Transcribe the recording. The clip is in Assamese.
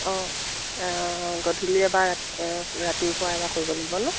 অঁ গধূলি এবাৰ ৰাতিপুৱা এবাৰ কৰিব লাগিব ন